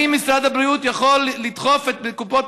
האם משרד הבריאות יכול לדחוף את קופות